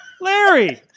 Larry